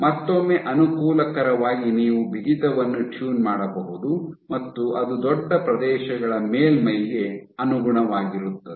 ಮತ್ತೊಮ್ಮೆ ಅನುಕೂಲಕರವಾಗಿ ನೀವು ಬಿಗಿತವನ್ನು ಟ್ಯೂನ್ ಮಾಡಬಹುದು ಮತ್ತು ಅದು ದೊಡ್ಡ ಪ್ರದೇಶಗಳ ಮೇಲ್ಮೈಗೆ ಅನುಗುಣವಾಗಿರುತ್ತದೆ